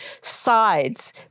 sides